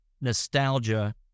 nostalgia